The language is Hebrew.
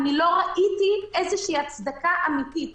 אני לא ראיתי איזו שהיא הצדקה אמתית,